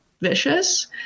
vicious